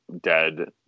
dead